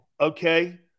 Okay